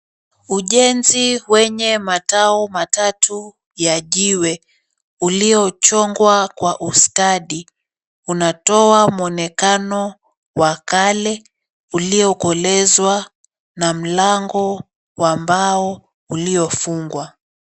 Ujenzi wenye matao matatu ya jiwe uliochongwa kwa ustadi unatoa muonekano wa kale uliokolezwa na mlango wa mbao uliofungwa.